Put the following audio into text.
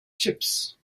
chips